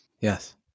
Yes